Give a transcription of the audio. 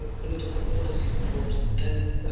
ah political and policy support, and